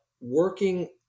working